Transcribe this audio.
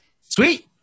Sweet